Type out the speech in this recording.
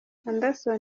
anderson